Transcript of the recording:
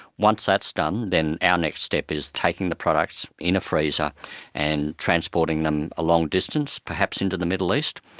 once that's done then our next step is taking the products in a freezer and transporting them a long distance, perhaps into the middle east,